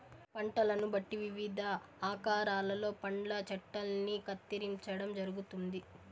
పంటలను బట్టి వివిధ ఆకారాలలో పండ్ల చెట్టల్ని కత్తిరించడం జరుగుతుంది